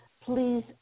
Please